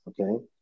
Okay